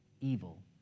evil